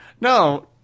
No